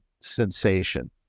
sensation